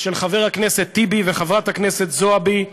של חבר הכנסת טיבי וחברת הכנסת זועבי בירושלים,